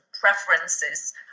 preferences